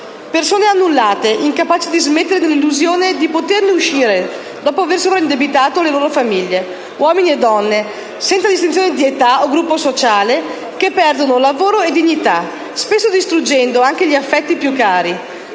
persone annullate, incapaci di smettere, con l'illusione di poterne uscire, dopo aver indebitato le loro famiglie. Uomini e donne, senza distinzione di età o gruppo sociale, che perdono lavoro e dignità, spesso distruggendo anche gli affetti più cari.